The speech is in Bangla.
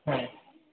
হুম